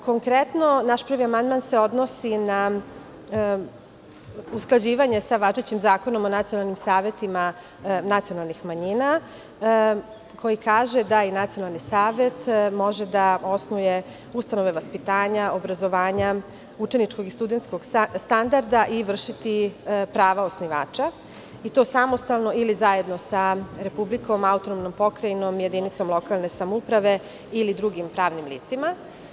Konkretno, naš prvi amandman se odnosi na usklađivanje sa važećim Zakonom o nacionalnim savetima nacionalnih manjina, koji kaže da i nacionalni svet može da osnuje ustanove vaspitanja, obrazovanja, učeničkog i studenskog standarda i vršiti prava osnivača, i to samostalno ili zajedno sa Republikom, autonomnom pokrajinom, jedinicom lokalne samouprave ili drugim pravnim licima.